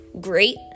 great